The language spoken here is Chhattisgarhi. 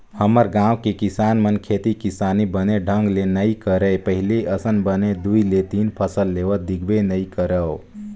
हमर गाँव के किसान मन खेती किसानी बने ढंग ले नइ करय पहिली असन बने दू ले तीन फसल लेवत देखबे नइ करव